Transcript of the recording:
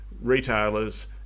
retailers